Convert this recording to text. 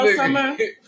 summer